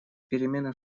перемены